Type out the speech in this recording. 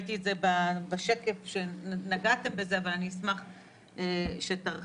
ראיתי שנגעת בזה בשקף, אבל אשמח שתרחיב.